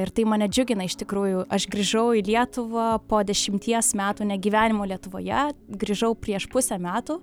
ir tai mane džiugina iš tikrųjų aš grįžau į lietuvą po dešimties metų negyvenimo lietuvoje grįžau prieš pusę metų